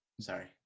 Sorry